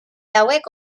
hauek